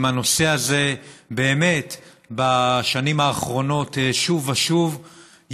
הנושא הזה באמת בשנים האחרונות שוב ושוב,